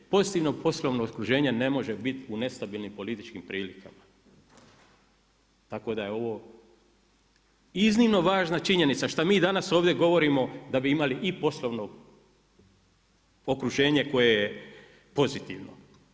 Pozitivno poslovno okruženje ne može biti u nestabilnim političkim prilikama, tako da je ovo iznimno važna činjenica šta mi danas ovdje govorimo da bi imali i poslovno okruženje koje je pozitivno.